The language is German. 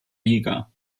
liga